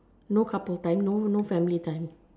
no couple time no no family time